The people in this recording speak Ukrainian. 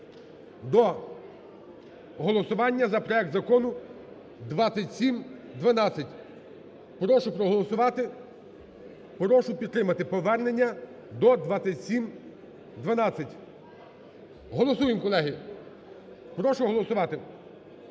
до голосування за проект Закону 2712. Прошу проголосувати, прошу підтримати повернення до 2712. Голосуємо, колеги, прошу голосувати.